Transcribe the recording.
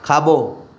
खाॿो